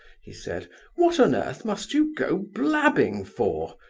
he said what on earth must you go blabbing for?